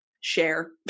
share